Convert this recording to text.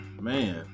man